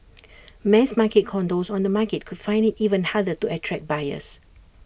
mass market condos on the market could find IT even harder to attract buyers